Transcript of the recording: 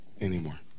anymore